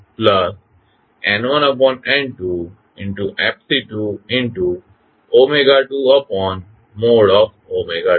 તેથી J1eJ1N1N22J2 B1eB1N1N22B2અનેTFFc111N1N2Fc222